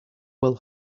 will